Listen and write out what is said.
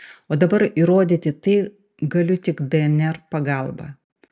o dabar įrodyti tai galiu tik dnr pagalba